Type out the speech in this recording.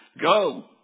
go